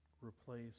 Replace